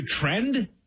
trend